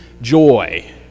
joy